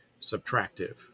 subtractive